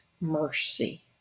mercy